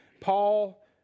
Paul